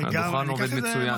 הדוכן עובד מצוין.